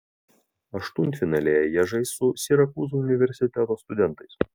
aštuntfinalyje jie žais su sirakūzų universiteto studentais